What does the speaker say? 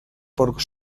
por